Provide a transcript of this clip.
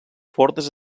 fortes